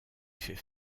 fait